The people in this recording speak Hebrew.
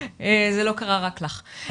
זה לא קרה רק לך.